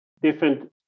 different